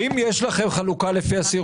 הרציונל המארגן היה ללכת על ילדים